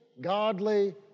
godly